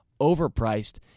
overpriced